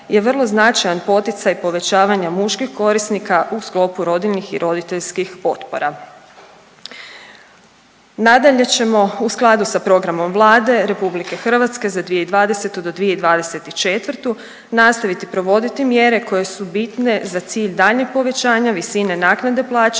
je vrlo značajan poticaj povećavanja muških korisnika u sklopu rodiljnih i roditeljskih potpora. Nadalje ćemo u skladu s programom Vlade RH za 2020. do 2024. nastaviti provoditi mjere koje su bitne za cilj daljnjeg povećanja visine naknade plaće